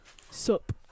Sup